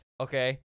okay